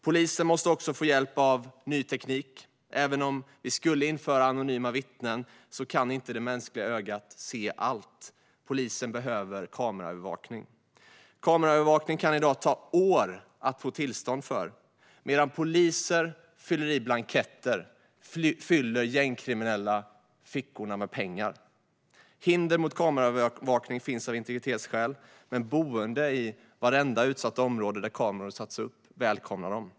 Polisen måste också få hjälp av ny teknik. Även om vi skulle införa anonyma vittnen kan inte det mänskliga ögat se allt. Polisen behöver kameraövervakning. Det kan i dag ta år att få tillstånd för kameraövervakning. Medan poliser fyller i blanketter fyller gängkriminella fickorna med pengar. Hinder mot kameraövervakning finns av integritetsskäl, men boende i vartenda utsatt område där kameror satts upp välkomnar dem.